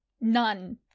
none